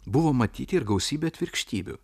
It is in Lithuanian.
buvo matyti ir gausybė atvirkštybių